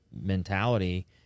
mentality